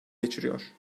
geçiriyor